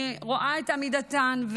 אני רואה את עמידתן.